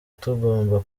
tugomba